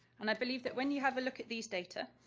and i believe that when you have a look at these data